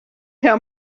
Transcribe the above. tell